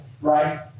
right